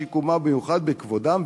בשיקומם ובמיוחד בכבודם,